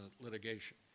litigation